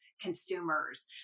consumers